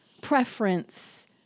preference